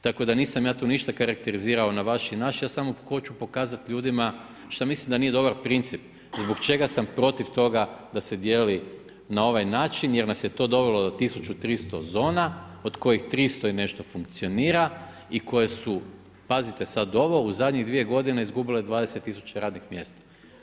Tako da nisam ja tu ništa karakterizirao na vaši i naši, ja samo hoću pokazati ljudima šta mislim da nije dobar princip, zbog čega sam protiv toga da se dijeli na ovaj način jer na s je to dovelo do 1300 zona od kojih 300 i nešto funkcionira i koje su, pazite sad ovo, u zadnjih 2 godine izgubile 20 000 radnih mjesta.